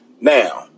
Now